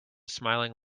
smiling